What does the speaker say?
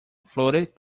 floated